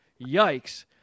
yikes